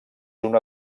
una